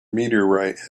meteorite